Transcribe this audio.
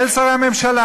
אל שרי הממשלה?